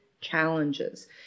challenges